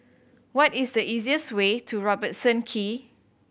what is the easiest way to Robertson Quay